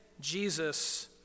Jesus